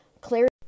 clarity